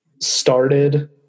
started